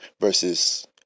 versus